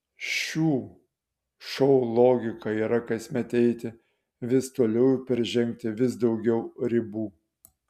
šių šou logika yra kasmet eiti vis toliau ir peržengti vis daugiau ribų